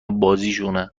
بازیشونه